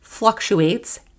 fluctuates